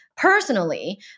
Personally